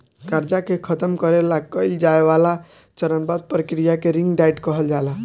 कर्जा के खतम करे ला कइल जाए वाला चरणबद्ध प्रक्रिया के रिंग डाइट कहल जाला